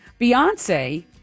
Beyonce